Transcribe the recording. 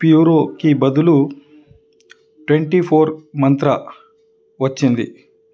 ప్యూరోకి బదులు twenty four మంత్ర వచ్చింది